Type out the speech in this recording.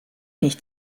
nicht